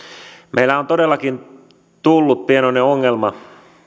meillä on todellakin tullut pienoinen ongelma